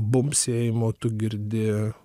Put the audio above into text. bumbsėjimo tu girdi